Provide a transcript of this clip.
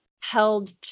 held